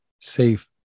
safe